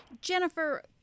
Jennifer